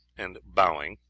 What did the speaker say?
and bowing,